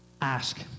Ask